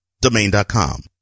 Domain.com